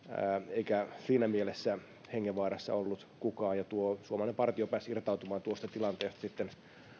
eikä siinä mielessä hengenvaarassa ollut kukaan tuo suomalainen partio pääsi irtautumaan tuosta tilanteesta sitten